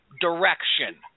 direction